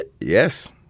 Yes